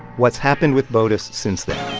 what's happened with botus since then